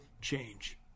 change